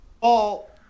Paul